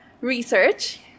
research